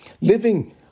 Living